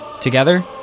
Together